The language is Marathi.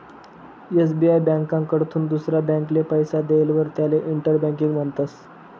एस.बी.आय ब्यांककडथून दुसरा ब्यांकले पैसा देयेलवर त्याले इंटर बँकिंग म्हणतस